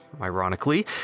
ironically